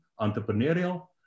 entrepreneurial